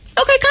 Okay